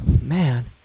Man